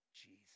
Jesus